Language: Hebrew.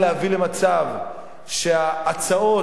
בהחלט.